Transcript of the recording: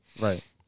right